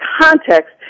context